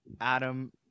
Adam